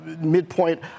midpoint